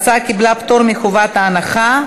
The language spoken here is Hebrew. ההצעה קיבלה פטור מחובת הנחה,